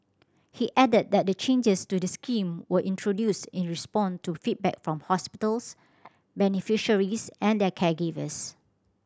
he added that the changes to the scheme were introduced in response to feedback from hospitals beneficiaries and their caregivers